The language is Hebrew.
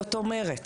זאת אומרת,